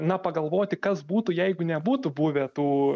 na pagalvoti kas būtų jeigu nebūtų buvę tų